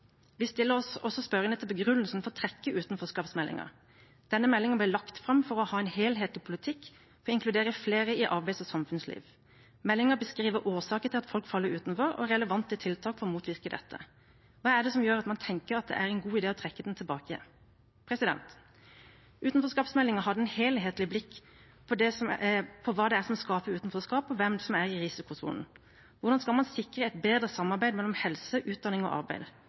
Vi stiller oss også spørrende til begrunnelsen for å trekke utenforskapsmeldingen. Denne meldingen ble lagt fram for å ha en helhetlig politikk og inkludere flere i arbeids- og samfunnsliv. Meldingen beskriver årsaker til at folk faller utenfor, og relevante tiltak for å motvirke dette. Hva er det som gjør at man tenker at det er en god idé å trekke den tilbake? Utenforskapsmeldingen hadde et helhetlig blikk på hva det er som skaper utenforskap, og hvem som er i risikosonen. Hvordan skal man sikre et bedre samarbeid mellom helse, utdanning og arbeid?